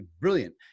brilliant